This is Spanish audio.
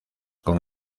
con